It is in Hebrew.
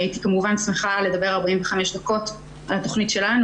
הייתי כמובן שמחה לדבר 45 דקות על התכנית שלנו,